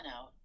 out